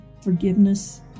forgiveness